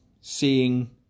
seeing